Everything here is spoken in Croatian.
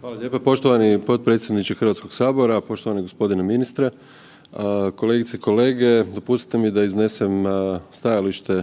Hvala lijepo poštovani potpredsjedniče Hrvatskog sabora. Poštovani gospodine ministre, kolegice i kolege dopustite mi da iznesem stajalište